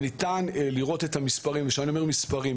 ניתן לראות את המספרים כשאני אומר "מספרים",